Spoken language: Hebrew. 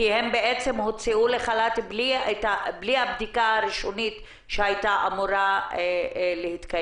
כי הן הוצאו לחל"ת בלי הבדיקה הראשונית שהייתה אמורה להתקיים.